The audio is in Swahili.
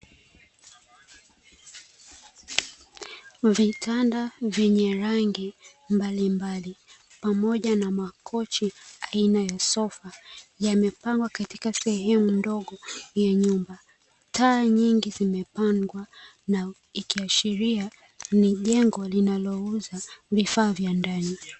Vitanda vyenye rangi mbalimbali, pamoja na makochi aina ya sofa, yamepangwa katika sehemu ndogo ya nyumba. Taa nyingi zimepangwa, na ikiashiria ni jengo linalouza vifaa vya ndani.